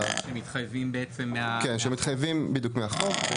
שמתחייבים בעצם מהחוק?